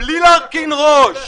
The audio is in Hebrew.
בלי להרכין ראש.